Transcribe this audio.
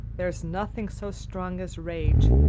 there's nothing so strong as rage,